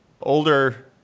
older